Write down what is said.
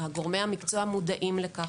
גורמי המקצוע מודעים לכך.